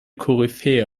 koryphäe